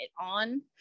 on